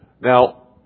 Now